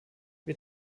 wir